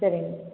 சரிங்க